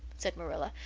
said marilla,